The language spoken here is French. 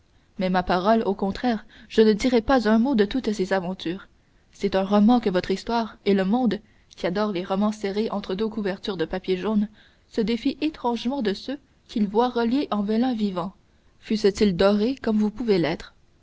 mais ma parole au contraire je ne dirais pas un mot de toutes ces aventures c'est un roman que votre histoire et le monde qui adore les romans serrés entre deux couvertures de papier jaune se défie étrangement de ceux qu'il voit reliés en vélin vivant fussent-ils dorés comme vous pouvez l'être